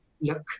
look